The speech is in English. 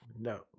No